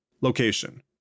Location